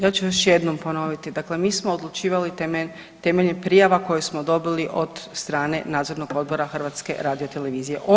Ja ću još jednom ponoviti, dakle mi smo odlučivali temeljem prijava koje smo dobili od strane nadzornog odbora HRT-a.